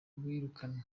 wirukanwe